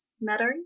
meadows